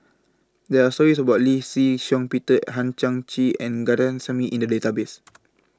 There Are stories about Lee Shih Shiong Peter Hang Chang Chieh and in The Database